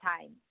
time